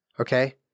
Okay